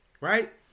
right